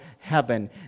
Heaven